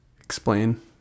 explain